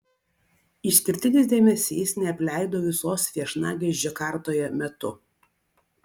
išskirtinis dėmesys neapleido visos viešnagės džakartoje metu